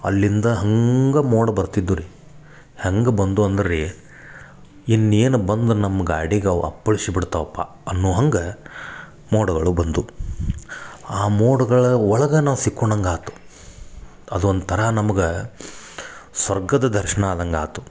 ಅಲ್ಲಿಂದ ಹಂಗೆ ಮೋಡ ಬರ್ತಿದ್ದೊ ರೀ ಹೆಂಗೆ ಬಂದೊ ಅಂದ್ರ ರೀ ಇನ್ನೇನು ಬಂದು ನಮ್ಮ ಗಾಡಿಗೆ ಅವ ಅಪ್ಪಳಿಸಿ ಬಿಡ್ತಾವಪ್ಪ ಅನ್ನೊ ಹಂಗೆ ಮೋಡ್ಗಳು ಬಂದ್ವು ಆ ಮೋಡ್ಗಳ ಒಳಗ ನಾವು ಸಿಕ್ಕೊಂಡಂಗೆ ಆತು ಅದೊಂದು ಥರ ನಮ್ಗ ಸ್ವರ್ಗದ ದರ್ಶನ ಆದಂಗ ಆತು